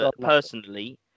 personally